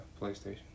PlayStation